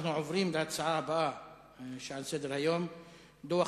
אנחנו עוברים להצעות לסדר-היום מס' 797,